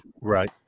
right